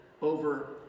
over